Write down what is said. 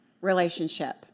relationship